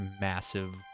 massive